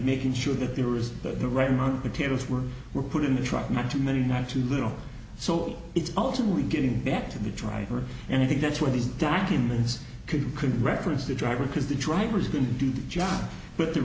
making sure that there is that the right amount potatoes were were put in the truck not too many not too little so it's ultimately getting back to the driver and i think that's where these documents could could reference the driver because the driver is going to do the job but the